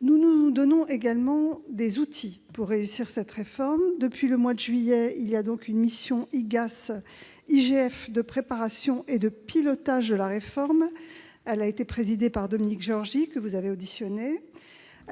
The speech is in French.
Nous nous donnons également des outils pour réussir cette réforme. Depuis le mois de juillet, une mission IGAS-IGF de préparation et de pilotage de la réforme, présidée par Dominique Giorgi, que vous avez auditionné,